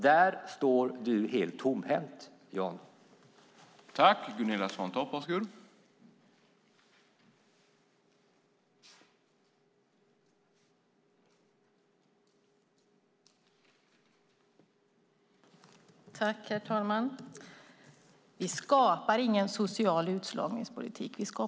Där står du helt tomhänt, Jan.